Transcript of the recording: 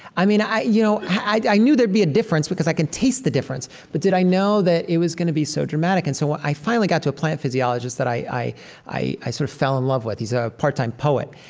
i mean, i you know i knew there'd be a difference because i can taste the difference, but did i know that it was going to be so dramatic? and so i finally got to a plant physiologist that i i sort of fell in love with. he's a part-time poet.